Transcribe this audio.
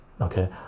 Okay